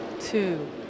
two